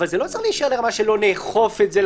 אבל זה לא צריך להישאר ברמה שלא נאכוף את זה,